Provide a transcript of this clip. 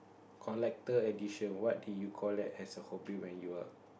collector edition what did you collect as a hobby when you were